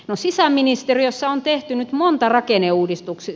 no sisäministeriössä on tehty nyt monta rakenneuudistusta